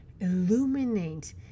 illuminate